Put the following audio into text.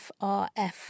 frf